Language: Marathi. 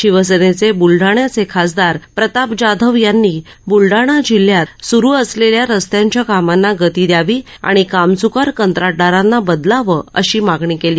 शिवसद्व ब्लडाण्याच खासदार प्रताप जाधव यांनी ब्लडाणा जिल्ह्यात सुरू असल या रस्त्यांच्या कामांना गती दयावी आणि कामच्कार कंत्राटदारांना बदलावं अशी मागणी काली